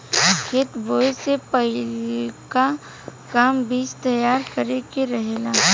खेत बोए से पहिलका काम बीज तैयार करे के रहेला